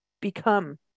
become